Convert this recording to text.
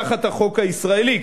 שהיא תחת החוק הישראלי,